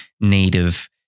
native